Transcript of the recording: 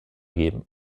geben